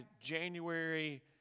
January